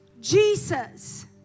Jesus